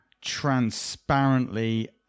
transparently